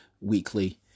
weekly